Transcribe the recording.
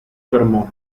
fermò